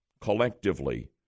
collectively